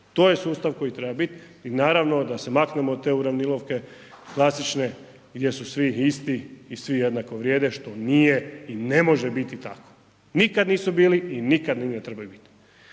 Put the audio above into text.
to je sustav koji treba bit i naravno da se maknemo od te uravnilovke klasične gdje su svi isti i svi jednako vrijede što nije i ne može biti tako. Nikad nisu bili i nikad ni ne trebaju biti,